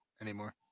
anymore